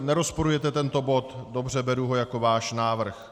Nerozporujete tento bod, dobře, beru ho jako váš návrh.